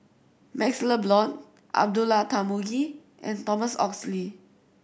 MaxLe Blond Abdullah Tarmugi and Thomas Oxley